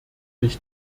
ich